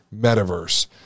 metaverse